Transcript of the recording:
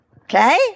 okay